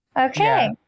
Okay